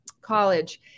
college